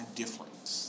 difference